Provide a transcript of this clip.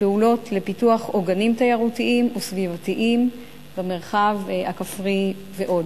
בפעולות לפיתוח עוגנים תיירותיים וסביבתיים במרחב הכפרי ועוד.